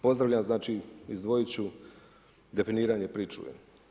Pozdravljam znači, izdvojiti ću definiranje pričuve.